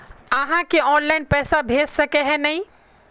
आहाँ के ऑनलाइन पैसा भेज सके है नय?